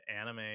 anime